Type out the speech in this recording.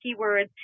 keywords